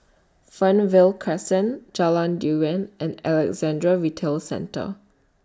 Fernvale Crescent Jalan Durian and Alexandra Retail Centre